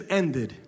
ended